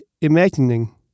imagining